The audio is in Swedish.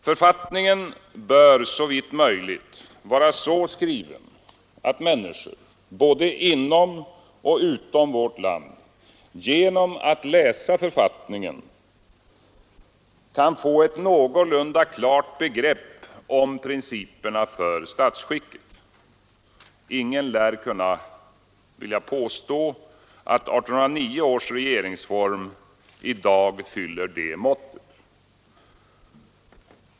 Författningen bör såvitt möjligt vara så skriven, att människor både inom och utom vårt land genom att läsa den kan få ett någorlunda klart begrepp om principerna för statsskicket. Ingen lär vilja påstå att 1809 års regeringsform i dag fyller det måttet.